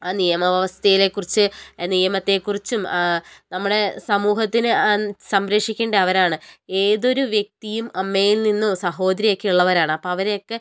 ആ നിയമവ്യവസ്ഥയിലെക്കുറിച്ച് നിയമത്തെക്കുറിച്ചും നമ്മുടെ സമൂഹത്തിന് സംരക്ഷിക്കേണ്ട അവരാണ് ഏതൊരു വ്യക്തിയും അമ്മയിൽ നിന്നോ സഹോദരി ഒക്കെ ഉള്ളവരാണ് അപ്പോൾ അവരെയൊക്കെ